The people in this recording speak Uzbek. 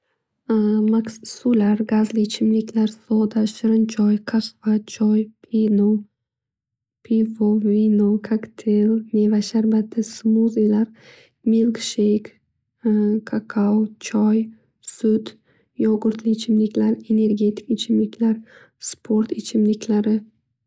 Suvlar, gazli ichimliklar, soda, choy, kahva, choy, pivo, vino, kokteyl, meva sharbati, smuzilar, milksheyk, kakao, choy, sut, yogurtli ichimliklar, energetik ichimliklarsport ichimliklari.